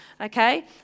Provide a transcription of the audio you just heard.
okay